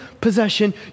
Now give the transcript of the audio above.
possession